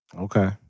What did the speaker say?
Okay